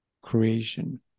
creation